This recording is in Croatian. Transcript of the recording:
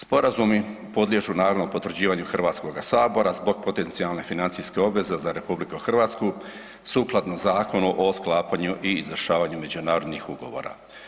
Sporazumi podliježu naravno potvrđivanju HS zbog potencijalne financijske obveze za RH sukladno Zakonu o sklapanju i izvršavanju međunarodnih ugovora.